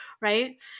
Right